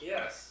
Yes